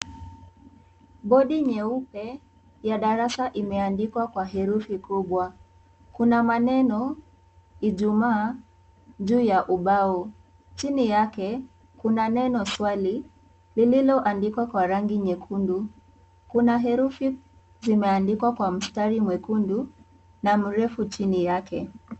Bodi nyeupe ya darasa imeandikwa kwa herufi kubwa kuna maneno Ijumaa juu ya ubao . Chini yake kuna neno swali lililoandikwa kwa rangi nyekundu , kuna herufi zimeandikwa kwa msatari mwekundu na mrefu chini yake.